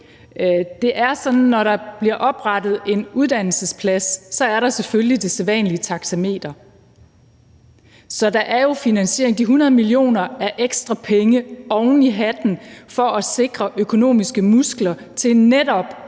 Det er sådan, at når der bliver oprettet en uddannelsesplads, er der selvfølgelig det sædvanlige taxameter. Så der er jo finansiering. De 100 mio. kr. er ekstra penge oven i hatten for at sikre økonomiske muskler til netop